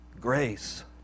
grace